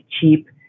cheap